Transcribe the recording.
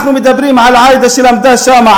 אנחנו מדברים על עאידה שלמדה שם,